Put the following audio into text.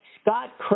Scott